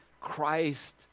Christ